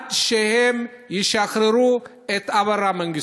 עד שהם ישחררו את אברה מנגיסטו.